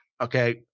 Okay